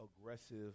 aggressive